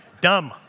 dumb